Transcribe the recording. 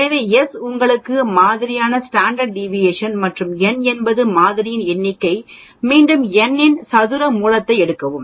எனவே s உங்கள் மாதிரியின் ஸ்டாண்டர்டு டிவியேஷன் மற்றும் n என்பது மாதிரியின் எண்ணிக்கை நீங்கள் n இன் சதுர மூலத்தை எடுக்கவும்